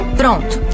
pronto